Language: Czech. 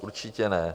Určitě ne.